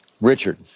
Richard